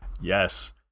Yes